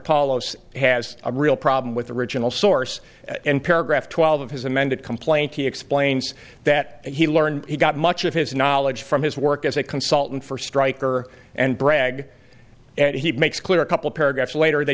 palos has a real problem with the original source and paragraph twelve of his amended complaint he explains that he learned he got much of his knowledge from his work as a consultant for stryker and bragg and he makes clear a couple paragraphs later that